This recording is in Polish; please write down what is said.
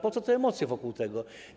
Po co te emocje wokół tego?